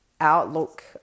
outlook